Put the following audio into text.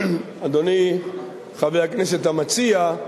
אדוני, חבר הכנסת המציע,